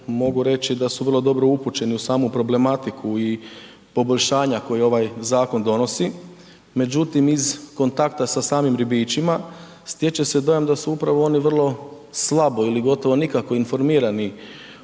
mogu reći da su vrlo dobro upućeni u samu problematiku i poboljšanja koja ovaj zakon donosi. Međutim, iz kontakta sa samim ribičima stječe se dojam da su upravo oni vrlo slabo ili gotovo nikako informirani